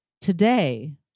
today